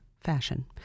fashion